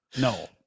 No